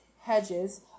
hedges